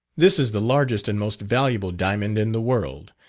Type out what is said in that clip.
this is the largest and most valuable diamond in the world,